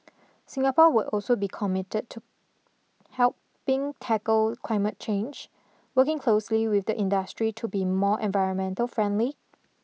Singapore will also be committed to helping tackle climate change working closely with the industry to be more environmental friendly